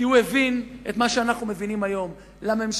כי הוא הבין את מה שאנחנו מבינים היום: לממשלה